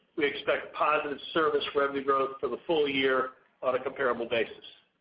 we expect positive service revenue growth for the full year on a comparable basis.